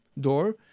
door